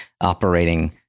operating